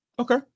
Okay